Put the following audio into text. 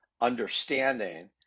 understanding